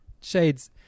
shades